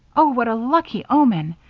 oh, what a lucky omen!